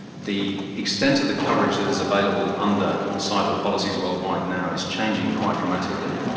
the extent of the coverage that is available under cyber policies worldwide now is changing quite dramatically.